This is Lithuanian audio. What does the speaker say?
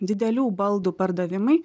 didelių baldų pardavimai